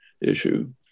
issue